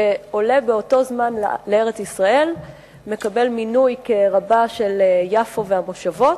שעולה באותו זמן לארץ-ישראל ומקבל מינוי כרבן של יפו והמושבות.